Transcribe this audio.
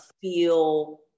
feel